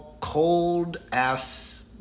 cold-ass